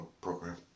program